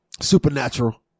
Supernatural